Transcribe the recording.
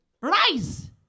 Rise